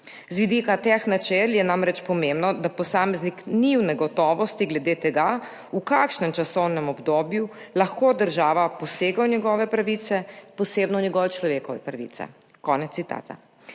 Z vidika teh načel je namreč pomembno, da posameznik ni v negotovosti glede tega, v kakšnem časovnem obdobju lahko država posega v njegove pravice, posebno v njegove človekove pravice.«